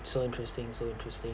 so interesting so interesting